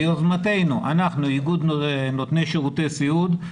ביוזמתנו, איגוד נותני שירותי סיעוד,